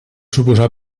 suposar